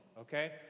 Okay